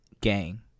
gang